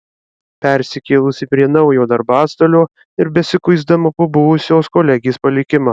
persikėlusi prie naujo darbastalio ir besikuisdama po buvusios kolegės palikimą